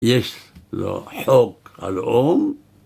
יש לו חוק הלאום